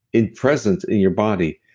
in present in your body,